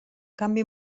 canvi